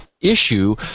issue